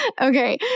Okay